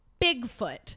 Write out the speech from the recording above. Bigfoot